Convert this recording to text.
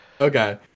Okay